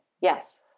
Yes